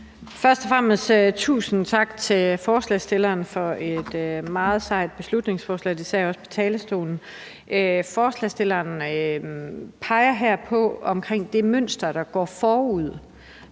Først og fremmest vil jeg sige tusind tak til forslagsstillerne for et meget sejt beslutningsforslag – det sagde jeg også fra talerstolen. Ordføreren for forslagsstillerne peger her på det mønster, der går forud.